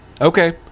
Okay